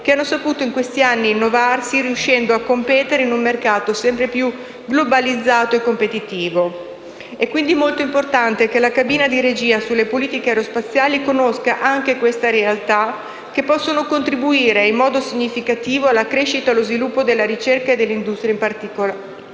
anni hanno saputo innovarsi, riuscendo a competere in un mercato sempre più globalizzato e competitivo. È quindi molto importante che la cabina di regia sulle politiche aerospaziali conosca anche queste realtà, che possono contribuire in modo significativo alla crescita e allo sviluppo della ricerca e dell'industria italiana.